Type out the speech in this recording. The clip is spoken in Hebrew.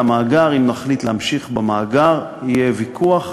על המאגר, אם נחליט להמשיך במאגר, יהיה ויכוח.